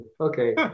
okay